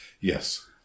Yes